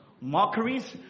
mockeries